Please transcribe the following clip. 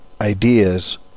ideas